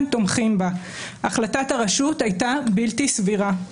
תומכים בה - החלטת הרשות הייתה בלתי סבירה.